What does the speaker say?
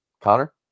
Connor